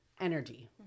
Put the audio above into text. energy